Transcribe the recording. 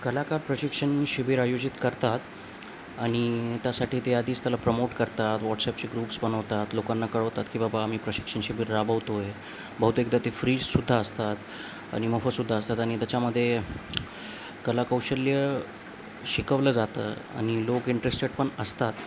कलाकार प्रशिक्षण शिबीर आयोजित करतात आणि त्यासाठी ते आधीच त्याला प्रमोट करतात व्हॉट्सएपचे ग्रुप्स बनवतात लोकांना कळवतात की बाबा आम्ही प्रशिक्षण शिबीर राबवतो आहे बहुतेकदा ते फ्रीजसुद्धा असतात आणि मोफतसुद्धा असतात आणि त्याच्यामध्ये कलाकौशल्य शिकवलं जातं आणि लोक इंटरेस्टेड पण असतात